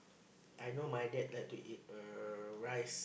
I know my dad like to eat uh rice